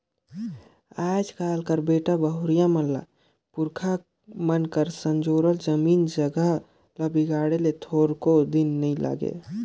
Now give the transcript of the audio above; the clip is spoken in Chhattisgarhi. आएज काएल कर बेटा बहुरिया मन ल पुरखा मन कर संजोरल जमीन जगहा ल बिगाड़े ले थोरको दिन नी लागे